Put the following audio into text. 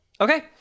Okay